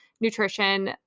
Nutrition